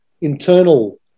internal